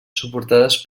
suportades